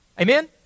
Amen